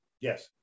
Yes